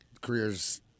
careers